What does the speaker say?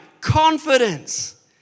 confidence